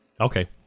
Okay